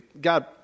God